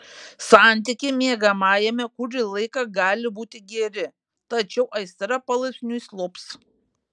santykiai miegamajame kurį laiką gali būti geri tačiau aistra palaipsniui slops